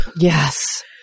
Yes